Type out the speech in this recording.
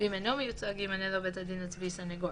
ואם אינו מיוצג ימנה לו בית הדין הצבאי סניגור,